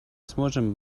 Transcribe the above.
сможем